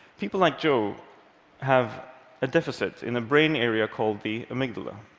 people like joe have a deficit in a brain area called the amygdala.